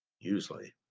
usually